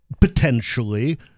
potentially